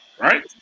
Right